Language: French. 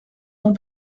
ton